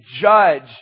judge